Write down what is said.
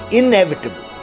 inevitable